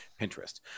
Pinterest